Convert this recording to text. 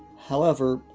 however,